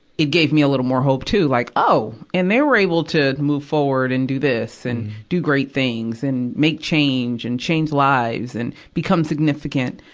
it gave me a little more hope, too. like, oh! and they were able to move forward and do this, and do great things and make change and change lives and become significant.